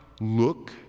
look